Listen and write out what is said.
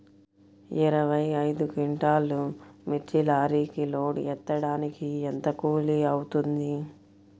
ఇరవై ఐదు క్వింటాల్లు మిర్చి లారీకి లోడ్ ఎత్తడానికి ఎంత కూలి అవుతుంది?